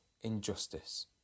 injustice